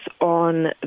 on